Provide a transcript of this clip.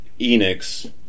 Enix